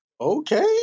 Okay